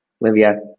Livia